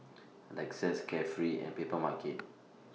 Lexus Carefree and Papermarket